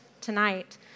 tonight